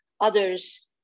others